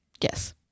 yes